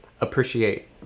appreciate